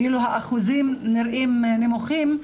האחוזים נראים נמוכים,